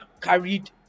carried